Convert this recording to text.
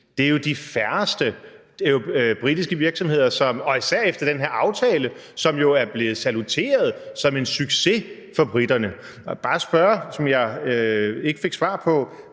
Det er jo de færreste britiske virksomheder, der har gjort det, og især efter den her aftale, som jo er blevet saluteret som en succes for briterne. Jeg vil bare spørge om noget, som jeg ikke fik svar på: